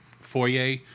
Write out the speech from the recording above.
foyer